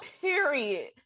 Period